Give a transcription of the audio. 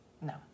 No